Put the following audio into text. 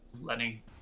Lenny